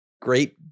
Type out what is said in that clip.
Great